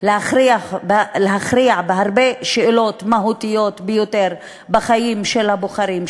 להכריע בהרבה שאלות מהותיות ביותר בחיים של הבוחרים,